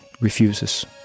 refuses